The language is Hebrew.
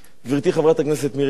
גברתי חברת הכנסת מירי רגב,